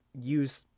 use